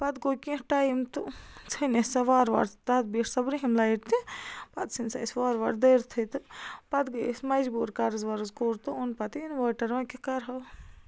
پَتہٕ گوٚو کیٚنٛہہ ٹایِم تہٕ ژھیٚنۍ اَسہِ سۄ وارٕ وارٕ تَتھ بیٹھ سۄ گرٛیٖن لایِٹ تہِ پَتہٕ ژھٕنۍ سۄ اَسہِ وارٕ وارٕ دٲرتھی تہٕ پَتہٕ گٔے أسۍ مجبوٗر قرٕض ورٕض کوٚر تہٕ اوٚن پَتہٕ یہِ اِنوٲٹَر وَنہِ کیٛاہ کَرٕ ہو